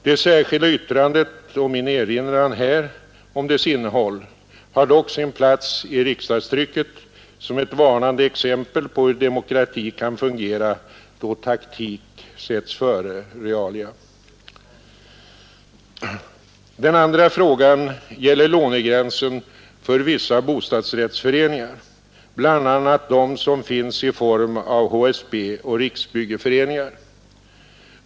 Det särskilda yttrandet och min erinran här om dess innehåll har dock sin plats i riksdagstrycket som ett varnande exempel på hur demokrati kan fungera då taktik sätts före realia. Den andra frågan gäller lånegränsen för vissa bostadsrättsföreningar, bl.a. dem som finns i form av HSB och Riksbyggeföreningar.